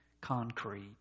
concrete